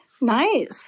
Nice